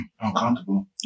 uncomfortable